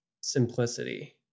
simplicity